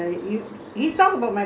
you easy life lah